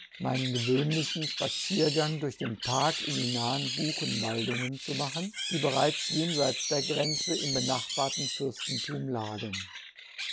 meinen gewöhnlichen pajiergang burch ben sßarf in bie nahen buchen meldungen zu machen bie bereits jenfeits ber fflrenje im benachbarten gürftentljum lagen